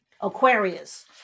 Aquarius